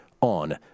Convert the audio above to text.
on